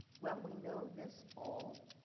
well we know this fall,